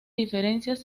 diferencias